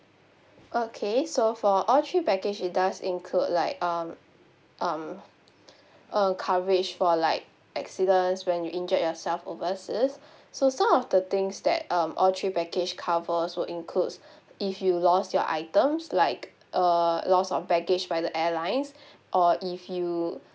okay so for all three package it does include like um um a coverage for like accidents when you injured yourself overseas so some of the things that um all three package covers will includes if you loss your items like a loss of baggage by the airlines or if you